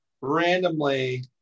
randomly